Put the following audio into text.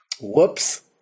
whoops